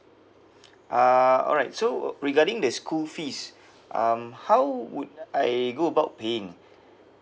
uh alright so regarding the school fees um how would I go about paying